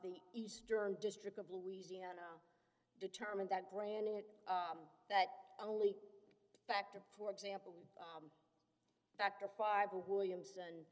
the eastern district of louisiana determined that granted that only factor for example factor five or williams and